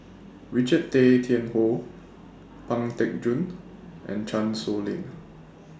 Richard Tay Tian Hoe Pang Teck Joon and Chan Sow Lin